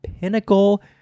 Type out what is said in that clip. pinnacle